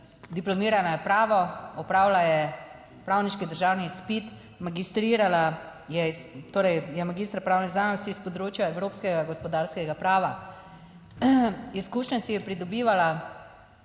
diplomirala je pravo, opravila je pravniški državni izpit, magistrirala, torej je magister pravnih znanosti s področja evropskega gospodarskega prava. Izkušnje si je pridobivala